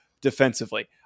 defensively